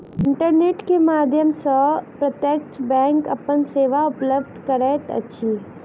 internet के माध्यम सॅ प्रत्यक्ष बैंक अपन सेवा उपलब्ध करैत अछि